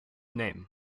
name